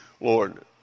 Lord